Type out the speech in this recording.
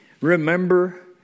Remember